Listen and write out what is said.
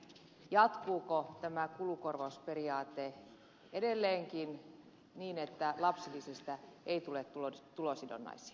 jatkuuko tämä kulukorvausperiaate edelleenkin niin että lapsilisistä ei tule tulosidonnaisia